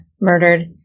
murdered